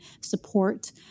support